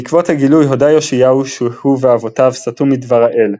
בעקבות הגילוי הודה יאשיהו שהוא ואבותיו סטו מדבר האל,